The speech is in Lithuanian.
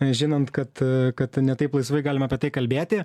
žinant kad kad ne taip laisvai galime apie tai kalbėti